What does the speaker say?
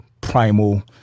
primal